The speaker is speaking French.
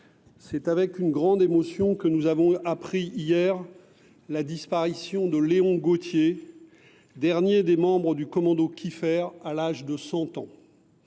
c’est avec une grande émotion que nous avons appris hier la disparition de Léon Gautier, dernier des membres du commando Kieffer, à l’âge de 100 ans.